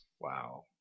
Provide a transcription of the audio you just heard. Wow